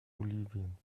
bolivien